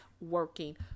working